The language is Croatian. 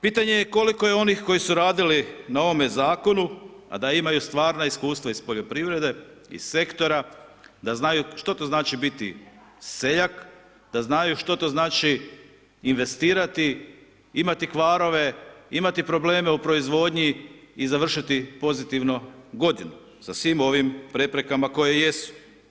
Pitanje je koliko je onih koji su radili na ovome zakonu a da imaju stvarna iskustva iz poljoprivrede, iz sektora, da znaju šta to znači biti seljak, da znaju šta to znači investirati, imati kvarove, imati probleme u proizvodnji i završiti pozitivno godinu sa svim ovim preprekama koje jesu.